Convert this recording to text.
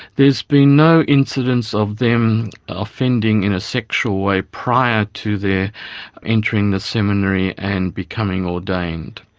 there's been no incidents of them offending in a sexual way prior to their entering the seminary and becoming ordained.